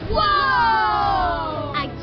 Whoa